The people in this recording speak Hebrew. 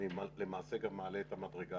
אני למעשה גם מעלה את המדרגה.